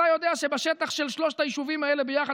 אתה יודע שבשטח של שלושת היישובים האלה ביחד,